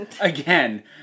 again